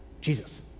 Jesus